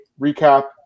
recap